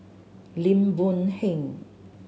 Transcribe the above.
Lim Boon Heng